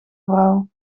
vrouw